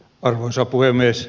arvoisa puhemies